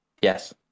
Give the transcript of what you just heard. Yes